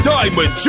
Diamond